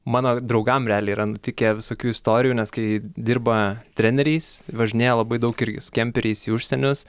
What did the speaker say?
mano draugam realiai yra nutikę visokių istorijų nes kai dirba treneriais važinėja labai daug irgi su kemperiais į užsienius